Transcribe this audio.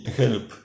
help